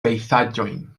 pejzaĝojn